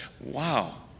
Wow